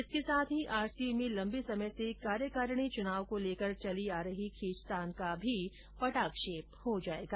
इसके साथ ही आरसीए में लम्बे समय से कार्यकारिणी चुनाव को लेकर चली आ रही खींचतान का भी पटाक्षेप हो जाएगा